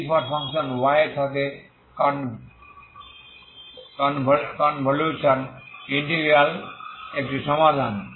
g এর সাথে convolution integral একটি সমাধান